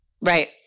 Right